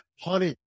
Honey